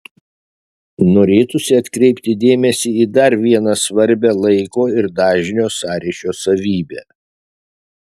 norėtųsi atkreipti dėmesį į dar vieną svarbią laiko ir dažnio sąryšio savybę